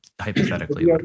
hypothetically